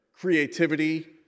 Creativity